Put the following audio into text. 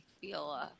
feel –